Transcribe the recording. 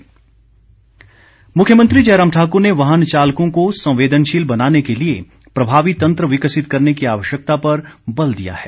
मुख्यमंत्री मुख्यमंत्री जयराम ठाक्र ने वाहन चालकों को संवेदनशील बनाने के लिए प्रभावी तंत्र विकसित करने की आवश्यकता पर बल दिया है